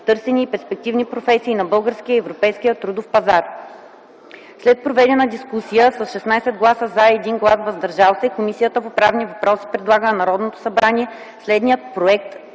търсени и перспективни професии на българския и европейския трудов пазар. След проведена дискусия с 16 гласа „за” и 1 глас „въздържал се”, Комисията по правни въпроси предлага на Народното събрание следното: